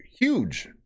huge